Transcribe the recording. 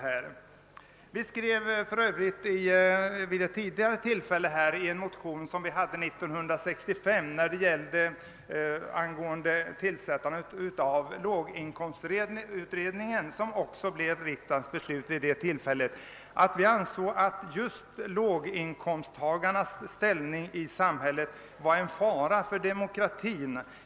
Jag vill erinra om vad vi sade vid ett tidigare tillfälle, nämligen i en motion år 1965, som ledde till att riksdagen beslöt hemställa om tillsättande av låginkomstutredningen. Vi sade då, att vi ansåg, att just låginkomsttagarnas ställning i samhället var en fara för demokratin.